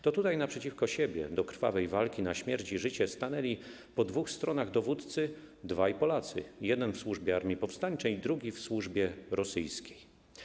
To tutaj naprzeciwko siebie do krwawej walki na śmierć i życie stanęli po dwóch stronach dowódcy - dwaj Polacy, jeden w służbie armii powstańczej, drugi w służbie rosyjskiej.